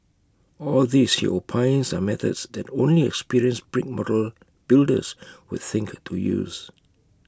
all these he opines are methods that only experienced brick model builders would think to use